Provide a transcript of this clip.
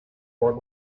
work